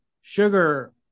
sugar